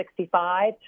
65